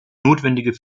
notwendige